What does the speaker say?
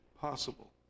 possible